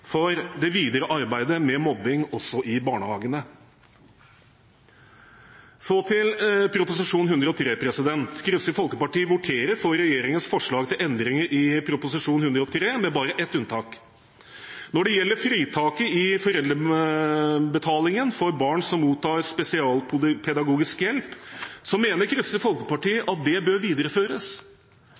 i det videre arbeidet med mobbing også i barnehagene. Så til Prop. 103 L. Kristelig Folkeparti voterer for regjeringens forslag til endringer i Prop. 103 L, med bare ett unntak. Når det gjelder fritaket i foreldrebetalingen for barn som mottar spesialpedagogisk hjelp, mener Kristelig Folkeparti at det bør videreføres.